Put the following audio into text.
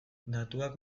datuak